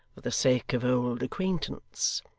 for the sake of old acquaintance